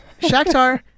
Shakhtar